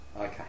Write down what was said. Okay